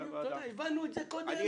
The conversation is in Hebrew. הבנו את זה קודם.